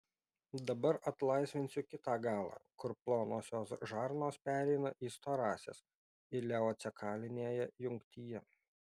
dabar atlaisvinsiu kitą galą kur plonosios žarnos pereina į storąsias ileocekalinėje jungtyje